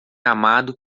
amado